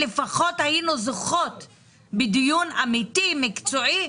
לפחות היינו זוכות בדיון אמיתי ומקצועי,